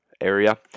area